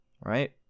Right